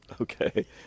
Okay